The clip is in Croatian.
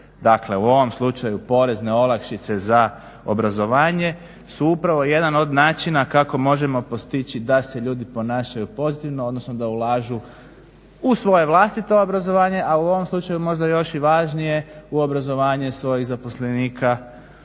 dakle u ovom slučaju porezne olakšice za obrazovanje su upravo jedan od načina kako možemo postići da se ljudi ponašaju pozitivno odnosno da ulažu u svoja vlastita obrazovanja. A u ovom slučaju možda još i važnije u obrazovanje svojih zaposlenika